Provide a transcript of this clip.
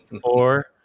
four